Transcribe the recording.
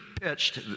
pitched